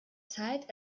zeit